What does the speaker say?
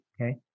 okay